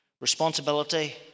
Responsibility